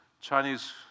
Chinese